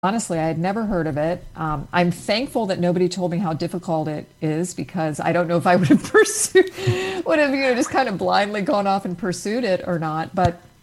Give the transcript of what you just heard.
באמת, אני לא שמעתי על זה, אני מודה שאף אחד לא אמר לי כמה קשה זה בגלל שאני לא יודעת אם אני הייתי מנסה, אם אני הייתי מנסה ללכת על עיוור ולנסות את זה או לא, אבל